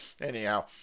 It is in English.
Anyhow